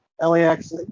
LAX